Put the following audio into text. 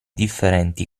differenti